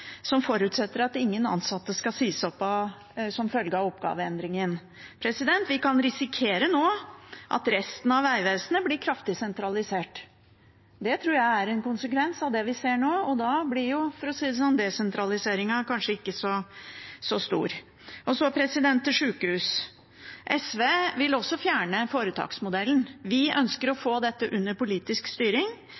som forutsetter at ingen ansatte skal sies opp som følge av oppgaveendringen. Vi kan nå risikere at resten av Vegvesenet blir kraftig sentralisert. Det tror jeg er en konsekvens av det vi ser nå, og da blir jo – for å si det sånn – desentraliseringen kanskje ikke så stor. Så til sykehus. SV vil også fjerne foretaksmodellen. Vi ønsker å